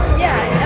yeah,